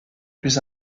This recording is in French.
plus